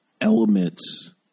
elements